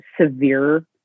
severe